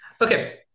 Okay